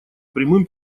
прямым